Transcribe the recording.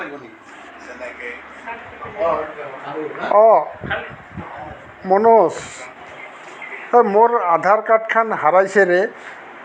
অঁ মনোজ অ মোৰ আধাৰ কাৰ্ডখন হেৰাইছে ৰে